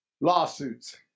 lawsuits